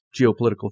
geopolitical